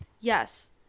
yes